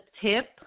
tip